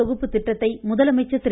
தொகுப்பு திட்டத்தை முதலமைச்சர் திரு